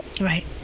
right